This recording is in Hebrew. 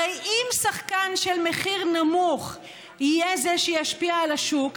הרי אם שחקן של מחיר נמוך יהיה זה שישפיע על השוק,